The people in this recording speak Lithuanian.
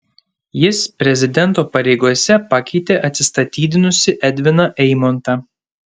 jis prezidento pareigose pakeitė atsistatydinusį edviną eimontą